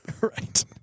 Right